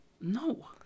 No